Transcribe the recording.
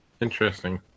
Interesting